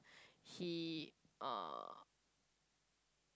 he uh